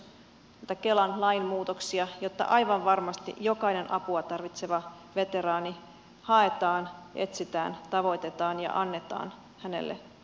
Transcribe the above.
kiirehdin myös kelan lainmuutoksia jotta aivan varmasti jokainen apua tarvitseva veteraani haetaan etsitään tavoitetaan ja annetaan hänelle apua